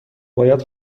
باید